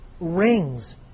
rings